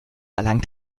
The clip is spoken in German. erlangt